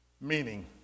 Meaning